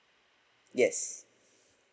yes